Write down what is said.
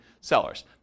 sellers